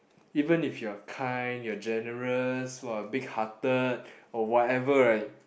even if you are kind you are generous !wah! big hearted or whatever right